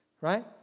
right